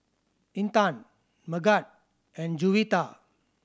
Intan Megat and Juwita